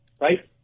right